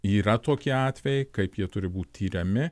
yra tokie atvejai kaip jie turi būt tiriami